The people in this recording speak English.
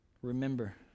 Remember